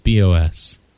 bos